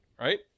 right